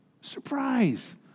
Surprise